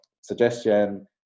suggestion